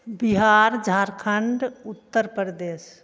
Bihar Jharkhand Uttar Pradesh